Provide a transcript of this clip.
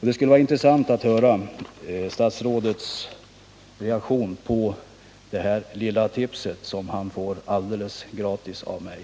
Det skulle vara intressant att höra statsrådets reaktion på det lilla tipset — som han får alldeles gratis av mig!